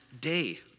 day